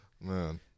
Man